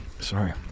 sorry